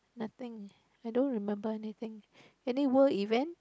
nothing I don't remember anything any world event